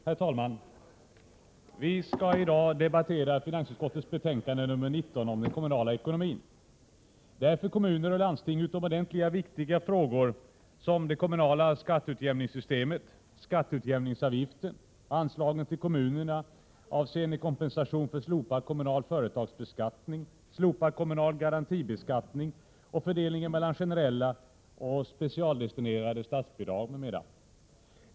Herr talman! Vi skall i dag debattera finansutskottets betänkande nr 19 om den kommunala ekonomin. Det rör för kommun och landsting utomordentligt viktiga frågor såsom det kommunala skatteutjämningssystemet, skatteutjämningsavgiften, anslagen till kommunerna avseende kompensation för slopad kommunal företagsbeskattning, slopning av kommunal garantibeskattning och fördelningen mellan generella och specialdestinerade statsbidrag m.fl.